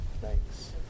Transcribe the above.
thanks